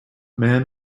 man